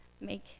make